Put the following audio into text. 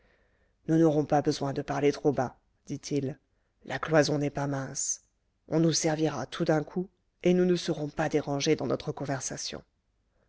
nous n'aurons pas besoin de parler trop bas dit-il la cloison n'est pas mince on nous servira tout d'un coup et nous ne serons pas dérangés dans notre conversation